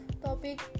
Topic